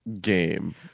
Game